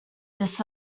this